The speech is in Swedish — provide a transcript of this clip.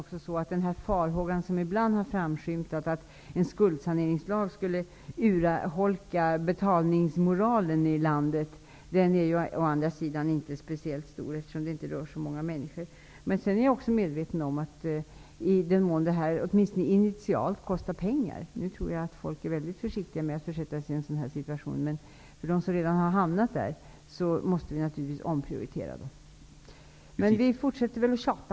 Ibland har farhågan framskymtat att en skuldsaneringslag skulle urholka betalningsmoralen. Denna risk är inte särskilt stor, eftersom det inte rör sig om så många människor. Jag är medveten om att i den mån det här, åtminstone initialt, kostar -- jag tror dock att folk nu är mycket försiktiga med att försätta sig i en sådan situation -- när det gäller dem som redan har hamnat i en sådan situation måste vi naturligtvis omprioritera. Vi fortsätter att tjata.